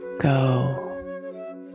Go